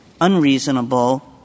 unreasonable